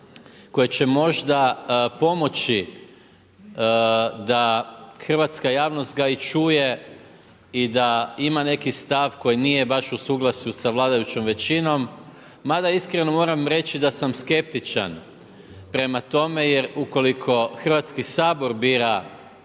koje će možda pomoći da hrvatska javnost ga i čuje i da ima neki stav koji nije baš u suglasju sa vladajućom većinom. Mada iskreno moram reći da sam skeptičan prema tome jer ukoliko Hrvatski sabor bira